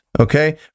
Okay